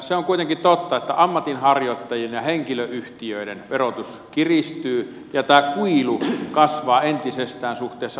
se on kuitenkin totta että ammatinharjoittajien ja henkilöyhtiöiden verotus kiristyy ja tämä kuilu kasvaa entisestään suhteessa osakeyhtiöihin